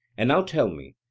and now tell me,